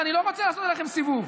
הרי אני לא רוצה לעשות עליכם סיבוב.